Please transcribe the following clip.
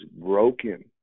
broken